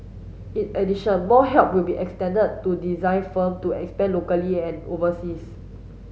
in addition more help will be extended to design firm to expand locally and overseas